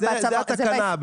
זה בתקנה.